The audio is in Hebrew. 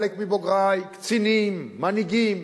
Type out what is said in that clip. חלק מבוגרַי, קצינים, מנהיגים.